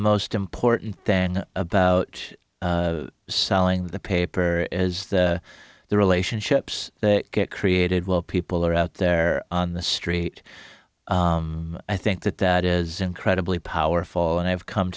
most important thing about selling the paper is the relationships that get created while people are out there on the street i think that that is incredibly powerful and i've come